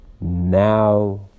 Now